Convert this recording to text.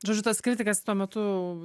žodžiu tas kritikas tuo metu